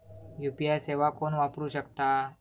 UPI सेवा कोण वापरू शकता?